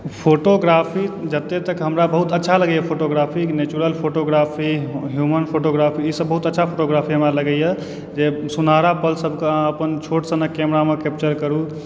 photography जतय तक हमरा बहुत अच्छा लगयए फोटोग्राफी कि नेचुरल फोटोग्राफी ह्युमन फोटोग्राफी ईसभ बहुत अच्छा फोटोग्राफी हमरा लगयए जे सुनहरा पल सभकऽ अपन छोटसनक कैमरामे कैप्चर करु